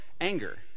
anger